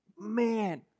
man